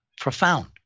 profound